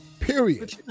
Period